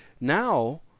now